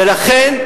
ולכן,